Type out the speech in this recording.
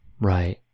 Right